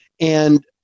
And-